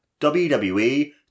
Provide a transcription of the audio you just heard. WWE